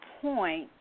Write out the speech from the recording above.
point